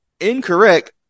incorrect